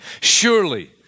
surely